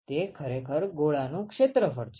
તે આખા ગોળા નું ક્ષેત્રફળ છે